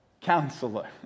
counselor